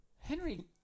Henry